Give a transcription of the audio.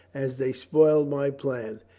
as they spoiled my plan.